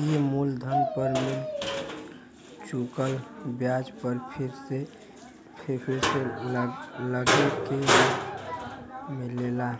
ई मूलधन पर मिल चुकल ब्याज पर फिर से लगके मिलेला